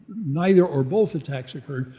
neither or both attacks occurred,